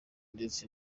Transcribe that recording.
ndetse